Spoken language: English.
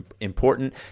important